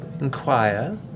Inquire